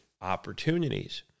opportunities